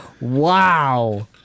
Wow